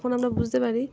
তখন আমরা বুঝতে পারি